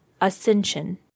Ascension